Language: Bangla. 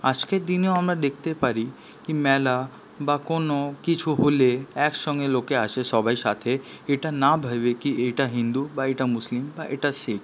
আজকের দিনেও আমরা দেখতে পারি কি মেলা বা কোনো কিছু হলে একসঙ্গে লোকে আসে সবাই সাথে এটা না ভেবে কি এটা হিন্দু বা এটা মুসলিম বা এটা শিখ